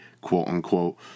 quote-unquote